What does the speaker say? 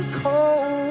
cold